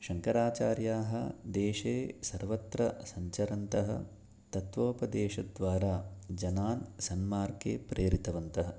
शङ्कराचार्याः देशे सर्वत्र सञ्चरन्तः तत्वोपदेशद्वारा जनान् सन्मार्गे प्रेरितवन्तः